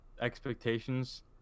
expectations